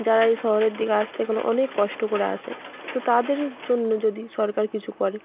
যারা এই শহরের দিকে আসতে গেলে অনেক কষ্ট করে আসে তো তাদের জন্য যদি সরকার কিছু করে